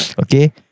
Okay